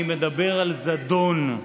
אני מדבר על זדון.